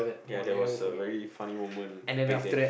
ya that was a very funny moment back then